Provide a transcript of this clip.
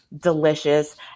delicious